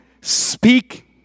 speak